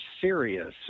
serious